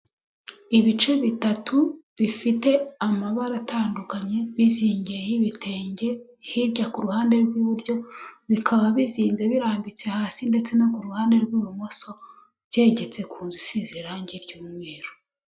Ibice bitatu bifite amabara atandukanye bizingiye y'ibitenge hirya kuruhande rw'iburyo, bikaba bizinze birambitse hasi ndetse no ku ruhande rw'ibumoso byegetse ku nzu isize irangi ry'umweru.